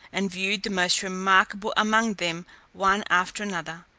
and viewed the most remarkable among them one after another,